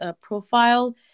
profile